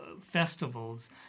Festivals